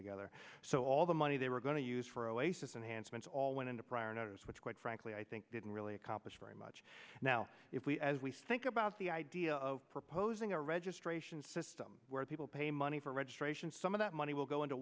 together so all the money they were going to use for oasis enhanced once all went into prior notice which quite frankly i think didn't really accomplish very much now if we as we think about the idea of proposing a registration system where people pay money for registration some of that money will go into